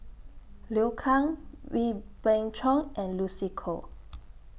Liu Kang Wee Beng Chong and Lucy Koh